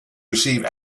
receive